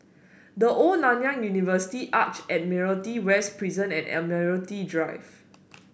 The Old Nanyang University Arch Admiralty West Prison and Admiralty Drive